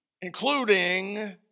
including